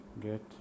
get